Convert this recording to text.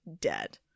dead